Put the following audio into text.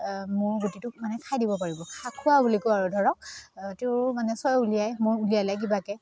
মোৰ গুটিটোক মানে খাই দিব পাৰিব খা খোৱা বুলি কয় আৰু ধৰক তেওঁ মানে ছয় উলিয়াই মোৰ উলিয়ালে কিবাকৈ